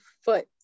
foot